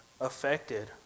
affected